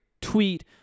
tweet